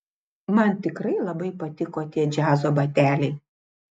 man tikrai labai patiko tie džiazo bateliai